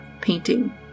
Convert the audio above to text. painting